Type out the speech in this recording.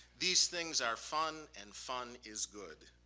these things are fun and fun is good.